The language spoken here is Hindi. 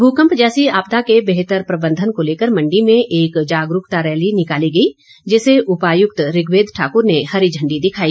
भूकंप जैसी आपदा के बेहतर प्रबंधन को लेकर मंडी में एक जागरूकता रैली निकाली गई जिसे उपायुक्त ऋग्वेद ठाकुर ने हरी झण्डी दिखाई